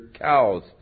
cows